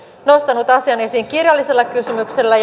nostanut asian esiin kirjallisella kysymyksellä